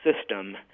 system